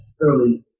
early